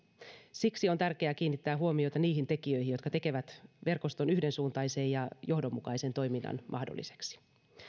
siksi on tärkeää kiinnittää huomiota niihin tekijöihin jotka tekevät verkoston yhdensuuntaisen ja johdonmukaisen toiminnan mahdolliseksi